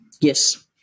Yes